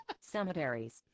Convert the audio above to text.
cemeteries